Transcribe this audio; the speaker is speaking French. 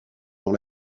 dans